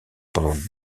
pendant